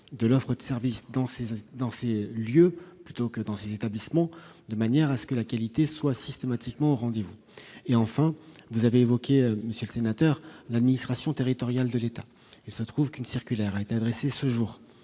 de l'offre de services dans ces lieux, de manière à ce que la qualité soit systématiquement au rendez-vous. Enfin, troisièmement, vous avez évoqué, monsieur le sénateur, l'administration territoriale de l'État. Il se trouve qu'une circulaire a été adressée ce jour